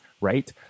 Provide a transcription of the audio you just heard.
Right